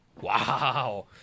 wow